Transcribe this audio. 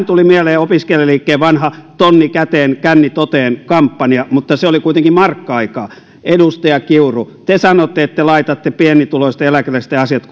tuli mieleen opiskelijaliikkeen vanha tonni käteen känni toteen kampanja mutta se oli kuitenkin markka aikaa edustaja kiuru te sanotte että te laitatte pienituloisten eläkeläisten asiat